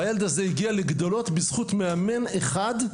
והילד הזה הגיע לגדולות בזכות מאמן אחד,